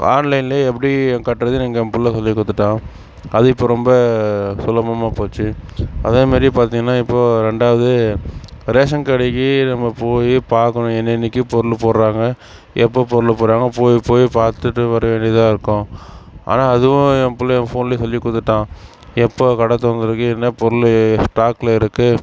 இப்போ ஆன்லைன்லேயே எப்படி கட்டுறதுன்னு எங்கள் பிள்ள சொல்லிக் கொடுத்துட்டான் அது இப்போ ரொம்ப சுலபமாக போச்சு அதே மாதிரி பார்த்தீங்கனா இப்போது ரெண்டாவது ரேஷன் கடைக்கு நம்ம போய் பார்க்கணும் என்னென்னைக்கி பொருள் போடுறாங்க எப்ப பொருள் போடுறாங்க போய் போய் பார்த்துட்டு வர வேண்டியதாக இருக்கும் ஆனால் அதுவும் என் பிள்ள போன்லேயே சொல்லிக் கொடுத்துட்டான் எப்போ கடை திறந்திருக்கு என்ன பொருள் ஸ்டாகில் இருக்குது